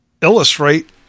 illustrate